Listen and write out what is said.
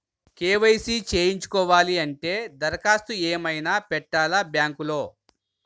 KYC చేయించుకోవాలి అంటే దరఖాస్తు ఏమయినా పెట్టాలా బ్యాంకులో?